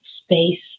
space